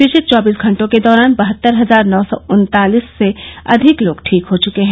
पिछले चौबीस घंटों के दौरान बहत्तर हजार नौ सौ उन्तालिस से अधिक लोग ठीक हो चुके हैं